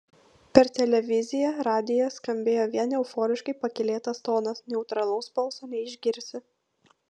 per televiziją radiją skambėjo vien euforiškai pakylėtas tonas neutralaus balso neišgirsi